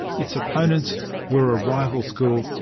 its opponents were a rival school,